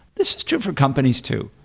this is different companies too,